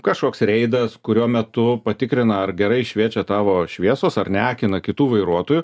kažkoks reidas kurio metu patikrina ar gerai šviečia tavo šviesos ar neakina kitų vairuotojų